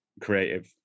creative